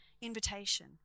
invitation